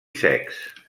secs